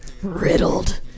Riddled